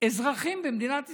אזרחים במדינת ישראל,